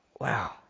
Wow